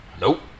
Nope